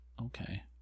Okay